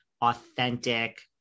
authentic